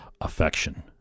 affection